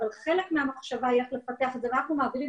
אבל חלק מהמחשבה היא איך לפתח את זה ואנחנו מעבירים